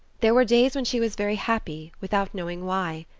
there were days when she was very happy without knowing why.